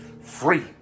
free